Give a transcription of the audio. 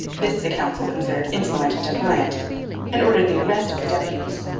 this the council considered insolent and defiant and ordered the arrest of the deputies.